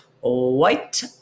White